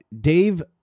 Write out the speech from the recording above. Dave